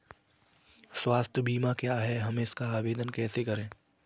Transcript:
स्वास्थ्य बीमा क्या है हम इसका आवेदन कैसे कर सकते हैं?